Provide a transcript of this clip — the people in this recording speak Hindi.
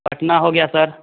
पटना हो गया सर